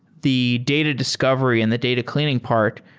the data discovery and the data cleaning part,